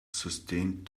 sustained